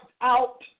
out